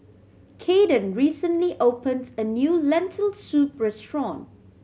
Caden recently opens a new Lentil Soup restaurant